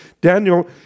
Daniel